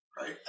right